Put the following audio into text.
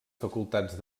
facultats